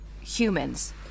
humans